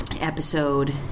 episode